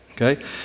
Okay